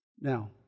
Now